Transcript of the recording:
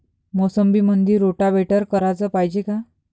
मोसंबीमंदी रोटावेटर कराच पायजे का?